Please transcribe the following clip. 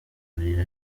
buriri